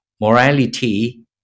morality